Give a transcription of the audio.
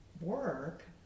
work